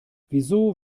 wieso